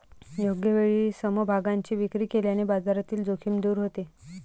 योग्य वेळी समभागांची विक्री केल्याने बाजारातील जोखीम दूर होते